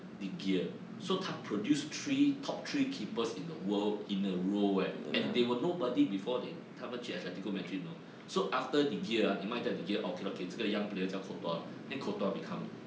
de gea so 他 produce three top three keepers in the world in a roll leh and they were nobody before they 他们去 atletico madrid lor so after de gea ah 你卖掉 de gea oh okay okay 这个 young players 叫 courtois then courtois become